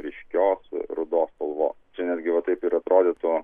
ryškios rudos spalvos čia netgi va taip ir atrodytų